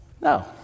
No